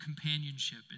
companionship